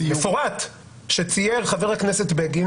מפורט שצייר חבר הכנסת בגין